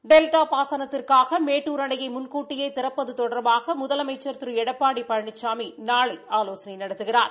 delta பாசனத்திற்காக மேட்டுர் அணையை முன் கூட்டியே திறப்பது தொடர்காக முதலமைச்சர் திரு எடப்பாடி பழனிசாமி நாளை ஆலோசனை நடத்துகிறார்